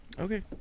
Okay